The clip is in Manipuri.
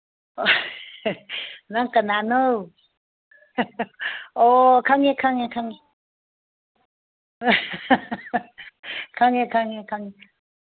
ꯅꯪ ꯀꯅꯥꯅꯣ ꯑꯣ ꯈꯪꯉꯦ ꯈꯪꯉꯦ ꯈꯪꯉꯦ ꯈꯪꯉꯦ ꯈꯪꯉꯦ ꯈꯪꯉꯦ